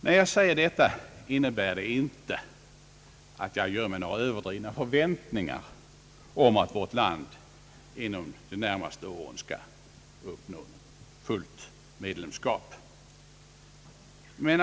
När jag säger detta innebär det icke att jag gör mig några överdrivna förväntningar om att vårt land inom de närmaste åren skall uppnå fullt medlemskap.